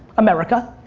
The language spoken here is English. america.